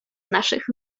naszych